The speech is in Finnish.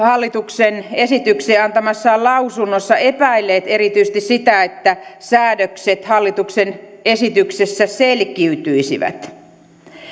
hallituksen esitykseen antamassaan lausunnossa epäilleet erityisesti sitä että säädökset hallituksen esityksessä selkiytyisivät